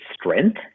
strength